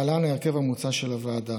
להלן ההרכב המוצע של הוועדה: